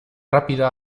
rápida